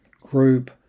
group